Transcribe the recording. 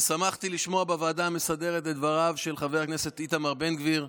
ושמחתי לשמוע בוועדה המסדרת את דבריו של חבר הכנסת איתמר בן גביר,